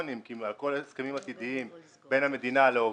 מיליוני שקלים כי על כל ההסכמים העתידים בין המדינה לעובדים,